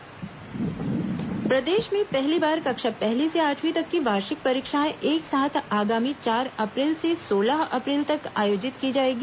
परीक्षा समय सारिणी प्रदेश में पहली बार कक्षा पहली से आठवीं तक की वार्षिक परीक्षाएं एक साथ आगामी चार अप्रैल से सोलह अप्रैल तक आयोजित की जाएगी